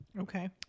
okay